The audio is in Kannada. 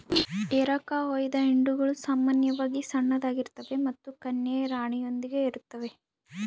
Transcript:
ಎರಕಹೊಯ್ದ ಹಿಂಡುಗಳು ಸಾಮಾನ್ಯವಾಗಿ ಸಣ್ಣದಾಗಿರ್ತವೆ ಮತ್ತು ಕನ್ಯೆಯ ರಾಣಿಯೊಂದಿಗೆ ಇರುತ್ತವೆ